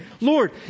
Lord